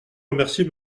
remercier